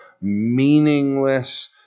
meaningless